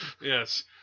Yes